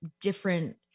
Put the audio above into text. different